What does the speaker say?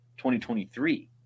2023